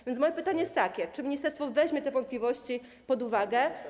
A więc moje pytanie jest takie: Czy ministerstwo weźmie te wątpliwości pod uwagę?